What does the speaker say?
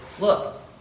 look